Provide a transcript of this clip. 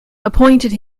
appointed